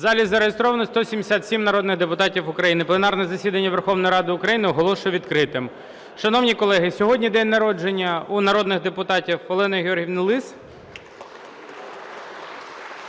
В залі зареєстровано 177 народних депутатів України. Пленарне засідання Верховної Ради України оголошую відкритим. Шановні колеги, сьогодні день народження у народних депутатів Олени Георгіївни Лис